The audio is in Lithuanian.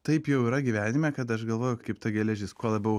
taip jau yra gyvenime kad aš galvoju kaip ta geležis kuo labiau